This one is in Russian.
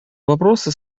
вопросы